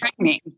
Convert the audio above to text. training